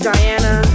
Diana